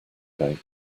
bake